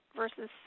versus